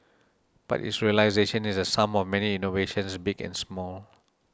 but its realisation is the sum of many innovations big and small